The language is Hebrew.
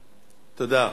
תודה.